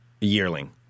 Yearling